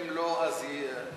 אם לא אז יתקיימו,